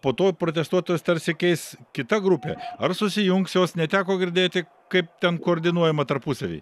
po to protestuotojus tarsi keis kita grupė ar susijungs jos neteko girdėti kaip ten koordinuojama tarpusavy